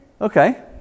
Okay